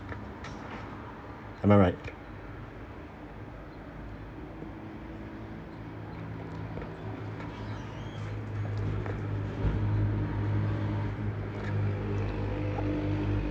am I right